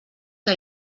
que